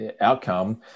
outcome